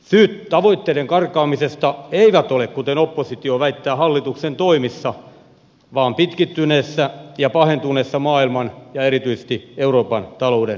syyt tavoitteiden karkaamisesta eivät ole kuten oppositio väittää hallituksen toimissa vaan pitkittyneessä ja pahentuneessa maailman ja erityisesti euroopan talouden taantumassa